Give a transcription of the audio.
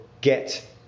get